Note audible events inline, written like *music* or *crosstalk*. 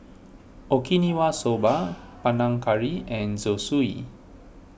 Okinawa Soba *noise* Panang Curry and Zosui